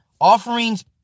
offerings